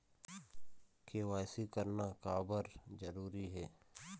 KYC करना का बर जरूरी हे?